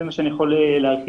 זה מה שאני יכול לומר כרגע.